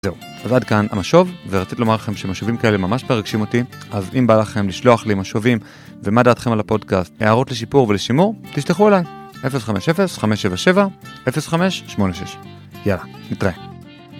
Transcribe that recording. זהו. ועד כאן, המשוב, ורציתי לומר לכם שמשובים כאלה ממש מרגשים אותי, אז אם בא לכם לשלוח לי משובים, ומה דעתכם על הפודקאסט, הערות לשיפור ולשימור, תשלחו אלי, 050-577-0586. יאללה, נתראה.